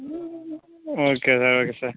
ம் okay sir okay sir